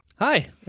Hi